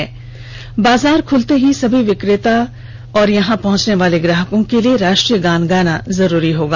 जहां आज से बाजार खुलते ही सभी सब्जी विक्रेता और यहां पहुंचनेवाले ग्राहकों के लिए राष्ट्रीय गान गाना जरूरी होगा